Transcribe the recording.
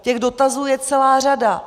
Těch dotazů je celá řada.